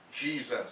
Jesus